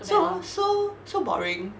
so hor so so boring